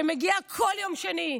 שמגיעה כל יום שני,